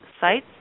sites